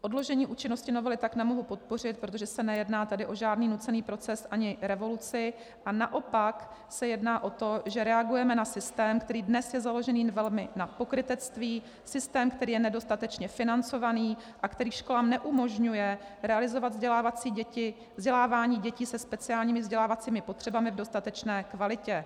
Odložení účinnosti novely tak nemohu podpořit, protože se nejedná tady o žádný nucený proces ani revoluci, a naopak se jedná o to, že reagujeme na systém, který dnes je založený velmi na pokrytectví, systém, který je nedostatečně financovaný a který školám neumožňuje realizovat vzdělávání dětí se speciálními vzdělávacími potřebami v dostatečné kvalitě.